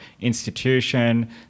institution